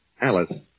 Alice